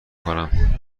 کنم